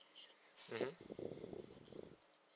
mmhmm